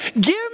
Give